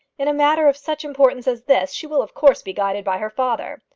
in a matter of such importance as this she will of course be guided by her father.